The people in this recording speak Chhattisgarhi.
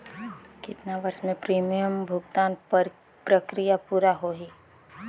कतना वर्ष मे प्रीमियम भुगतान प्रक्रिया पूरा होही?